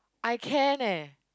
I can leh